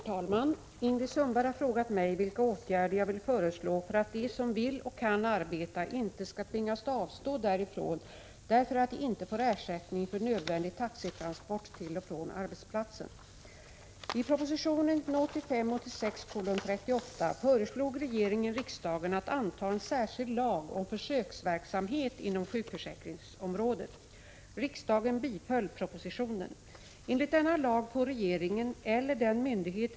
Herr talman! Ingrid Sundberg har frågat mig vilka åtgärder jag vill föreslå för att de som vill och kan arbeta inte skall tvingas avstå därifrån på grund av att de inte får ersättning för nödvändig taxitransport till och från arbetsplatsen.